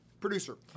producer